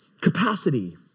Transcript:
capacity